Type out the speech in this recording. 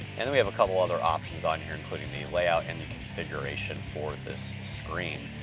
and then, we have a couple other options on here, including the layout and configuration for this screen.